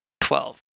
Twelve